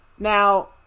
Now